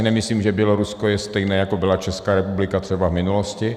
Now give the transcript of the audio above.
Nemyslím si, že Bělorusko je stejné, jako byla Česká republika třeba v minulosti.